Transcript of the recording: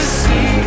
see